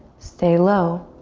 stay low.